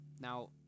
Now